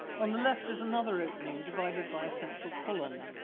on the left is another opening, divided by a central column,